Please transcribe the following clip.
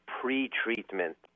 pre-treatment